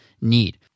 need